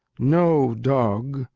know, dog,